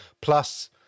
Plus